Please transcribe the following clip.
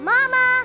Mama